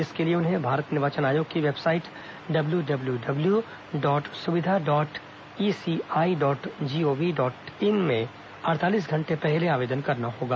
इसके लिए उन्हें भारत निर्वाचन आयोग की website W W W W W dot Suvidha dot ECI dot GOV dot in में अड़तालीस घंटे पहले आवेदन करना होगा